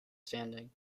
standing